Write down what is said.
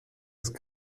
ist